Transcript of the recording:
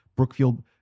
Brookfield